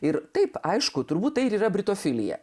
ir taip aišku turbūt tai yra brito filija